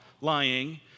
lying